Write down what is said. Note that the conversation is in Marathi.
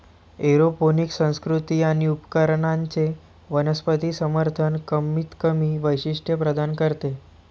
एरोपोनिक संस्कृती आणि उपकरणांचे वनस्पती समर्थन कमीतकमी वैशिष्ट्ये प्रदान करते